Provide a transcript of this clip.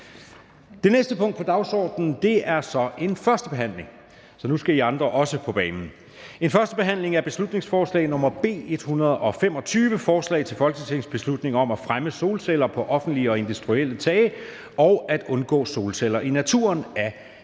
Det næste punkt på dagsordenen er: 11) 1. behandling af beslutningsforslag nr. B 125: Forslag til folketingsbeslutning om at fremme solceller på offentlige og industrielle tage og at undgå solceller i naturen. Af Morten